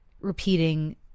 repeating